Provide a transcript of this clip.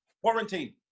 Quarantine